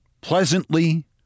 pleasantly